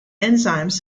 enzymes